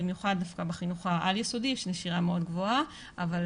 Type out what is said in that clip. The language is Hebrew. במיוחד דווקא בחינוך העל-יסודי יש נשירה מאוד גבוהה אבל